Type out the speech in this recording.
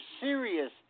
serious